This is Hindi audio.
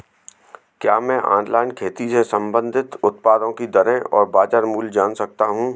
क्या मैं ऑनलाइन खेती से संबंधित उत्पादों की दरें और बाज़ार मूल्य जान सकता हूँ?